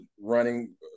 running